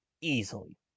easily